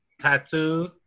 Tattoo